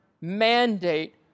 mandate